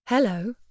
Hello